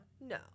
No